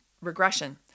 regression